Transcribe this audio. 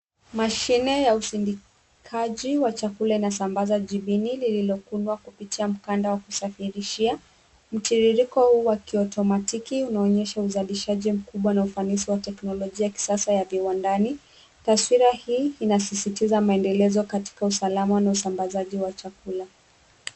Mashine ya usindikaji wa chakula unasambaza jibini lililokunwa kupitia mkanda wa kusafirishia, mtiririko huu wa kiotomatiki unaonyesha uzalishaji mkubwa na ufanishi wa teknolojia ya kisasa ya viwandani, taswira hii inasisitiza maendelezo katika usalama na usambazaji wa chakula.